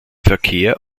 verkehr